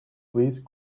please